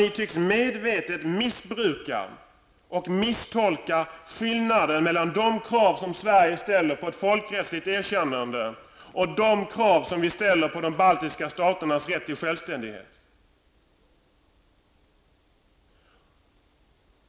Ni tycks medvetet missbruka och misstolka skillnaden mellan de krav som Sverige ställer för ett folkrättsligt erkännande och de krav vi ställer på de baltiska folkens rätt till självständighet.